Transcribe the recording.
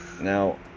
now